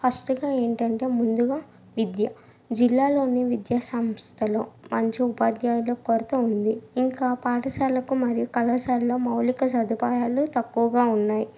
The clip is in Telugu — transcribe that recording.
ఫస్టుగా ఎంటంటే ముందుగా విద్య జిల్లాలోని విద్యాసంస్థలు మంచి ఉపాద్యాయుల కొరత ఉంది ఇంకా పాఠశాలకు మరియు కళాశాలలో మౌళిక సదుపాయాలు తక్కువగా ఉన్నాయి